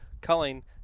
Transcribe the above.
culling